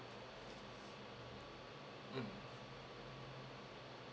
mm